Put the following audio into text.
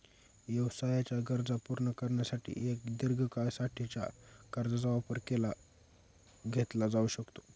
व्यवसायाच्या गरजा पूर्ण करण्यासाठी एक दीर्घ काळा साठीच्या कर्जाचा वापर केला घेतला जाऊ शकतो